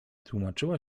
tłumaczyła